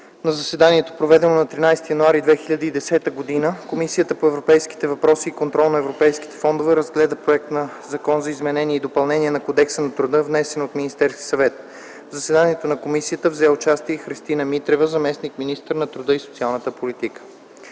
„На заседанието, проведено на 13 януари 2010 г., Комисията по европейските въпроси и контрол на европейските фондове разгледа Законопроекта за изменение и допълнение на Кодекса на труда, внесен от Министерския съвет. В заседанието на комисията взе участие Христина Митрева – заместник-министър на труда и социалната политика.